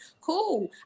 cool